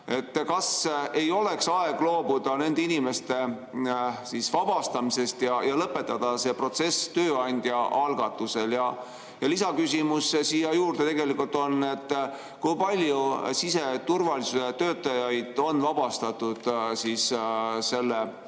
Kas ei oleks aeg loobuda nende inimeste [töölt] vabastamisest ja lõpetada see protsess tööandja algatusel? Ja lisaküsimus siia juurde tegelikult on, kui palju siseturvalisuse töötajaid on selle